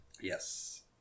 Yes